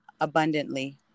abundantly